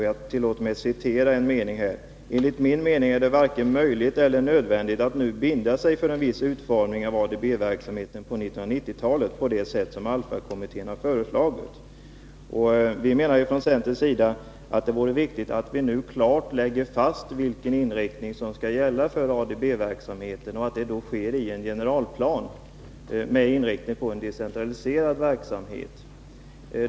Jag tillåter mig citera en mening: ”Enligt min mening är det varken möjligt eller nödvändigt att nu binda sig för en viss utformning av ADB-verksamheten på 1990-talet på det sätt som ALLFA-kommittén har föreslagit.” Vi från centern menar att det är viktigt att man nu klart lägger fast vad som skall gälla för ADB-verksamheten och att det sker i en generalplan med inriktning på en decentraliserad verksamhet.